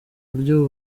buryo